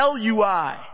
LUI